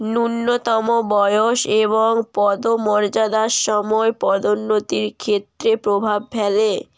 ন্যূনতম বয়স এবং পদমর্যাদার সময় পদোন্নতির ক্ষেত্রে প্রভাব ফেলে